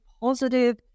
positive